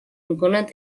میکنند